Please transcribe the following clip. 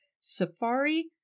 Safari